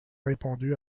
répondu